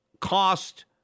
cost